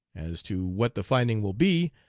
as to what the finding will be,